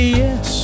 yes